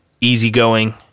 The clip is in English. easygoing